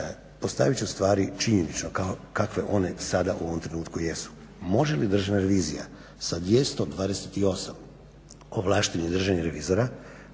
postavit ću stvari činjenično kao kakve one sada u ovom trenutku jesu. Može li Državna revizija sa 228 ovlaštenih državnih revizora,